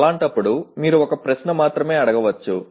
అలాంటప్పుడు మీరు ఒక ప్రశ్న మాత్రమే అడగవచ్చు